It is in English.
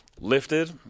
Lifted